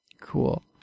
Cool